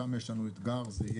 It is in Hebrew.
שם יש לנו אתגר זהה.